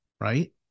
right